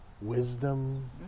wisdom